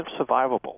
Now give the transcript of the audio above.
survivable